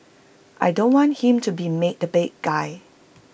I don't want him to be made the bad guy